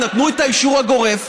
נתנו את האישור הגורף,